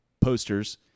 posters